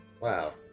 Wow